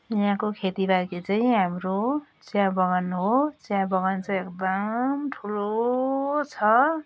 यहाँको खेतीबारी चाहिँ हाम्रो चिया बगान हो चिया बगान चाहिँ एकदम ठुलो छ